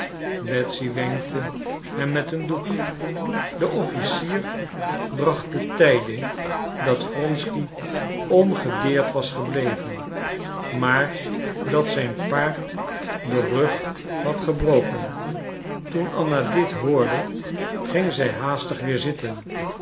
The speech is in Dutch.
betsy wenkte hem met een doek de officier bracht de tijding dat wronsky ongedeerd was gebleven maar dat zijn paard den rug had gebroken toen anna dit hoorde ging zij haastig weer zitten